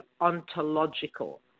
ontological